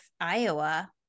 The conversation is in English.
Iowa